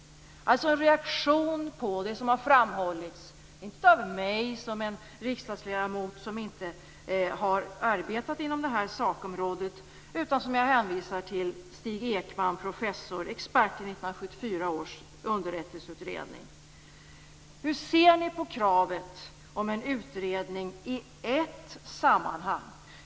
Jag efterlyser alltså en reaktion på det som framhållits, inte av en riksdagsledamot som jag som inte har arbetat inom detta sakområde utan av den som jag hänvisar till, professor Stig Ekman som var expert i 1974 år underrättelseutredning. Hur ser ni på kravet på en utredning i ett sammanhang?